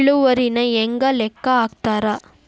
ಇಳುವರಿನ ಹೆಂಗ ಲೆಕ್ಕ ಹಾಕ್ತಾರಾ